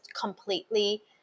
completely